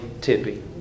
Tippy